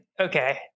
okay